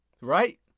right